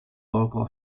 local